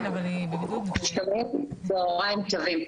צוהריים טובים.